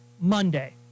Monday